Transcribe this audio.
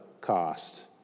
cost